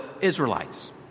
Israelites